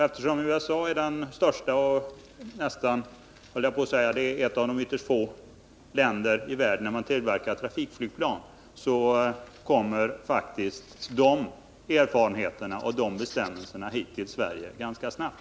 Eftersom USA är störst av de ytterst få länder i världen där man tillverkar trafikflygplan, kommer erfarenheterna från och bestämmelserna i USA till Sverige ganska snabbt.